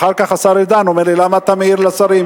ואחר כך השר ארדן אומר לי: למה אתה מעיר לשרים.